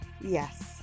Yes